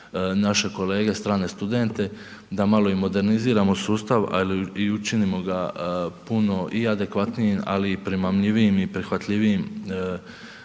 naše kolege strane studente, da malo i moderniziramo sustav, ali i učinimo ga puno i adekvatnijim ali i primamljivijim i prihvatljivijim